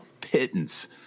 pittance